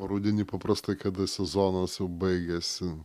rudenį paprastai kada sezonas jau baigiasi